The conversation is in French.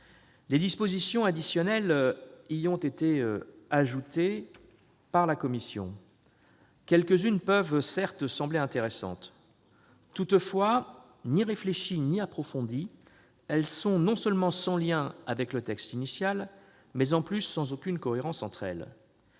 Des dispositions additionnelles ont été ajoutées par la commission. Certes, quelques-unes peuvent sembler intéressantes. Toutefois, ni réfléchies ni approfondies, elles sont non seulement sans lien avec le texte initial, mais, en plus, sans aucune cohérence entre elles.